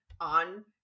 on